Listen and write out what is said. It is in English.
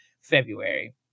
February